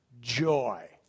joy